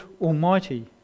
Almighty